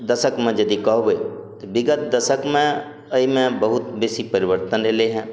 दशकमे यदि कहबै तऽ बिगत दशकमे एहिमे बहुत बेसी परिवर्तन अयलै हँ